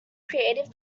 creative